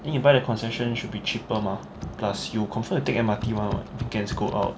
then you buy the concession should be cheaper mah plus you confirm will take M_R_T [one] [what] weekends go out